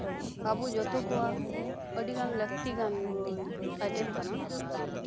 ᱟᱵᱚ ᱡᱚᱛᱚ ᱠᱚᱣᱟᱜ ᱟᱹᱰᱤᱜᱟᱱ ᱞᱟᱹᱠᱛᱤ ᱜᱟᱱ ᱟᱭᱴᱮᱢ ᱠᱟᱱᱟ